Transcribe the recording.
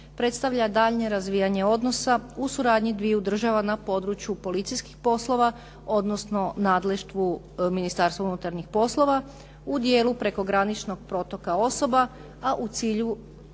predstavlja daljnje razvijanje odnosa u suradnji dviju država na području policijskih poslova, odnosno nadležeštvu Ministarstvu unutarnjih poslova u dijelu prekograničnog protoka osoba, a u cilju